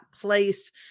place